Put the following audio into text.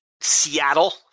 Seattle